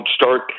start